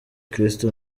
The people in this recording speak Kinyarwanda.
kristo